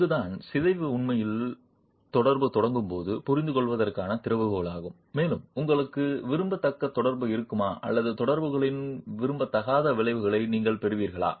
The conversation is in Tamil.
அங்குதான் சிதைவு உண்மையில் தொடர்பு தொடங்கும் போது புரிந்துகொள்வதற்கான திறவுகோலாகும் மேலும் உங்களுக்கு விரும்பத்தக்க தொடர்பு இருக்குமா அல்லது தொடர்புகளின் விரும்பத்தகாத விளைவை நீங்கள் பெறுவீர்களா